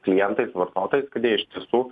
klientais vartotojais kad jie iš tiesų